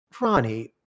Ronnie